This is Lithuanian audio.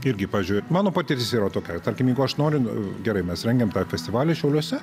irgi pavyzdžiui mano patirtis yra tokia tarkim jeigu aš noriu nu gerai mes rengėm tą festivalį šiauliuose